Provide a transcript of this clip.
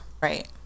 Right